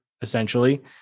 essentially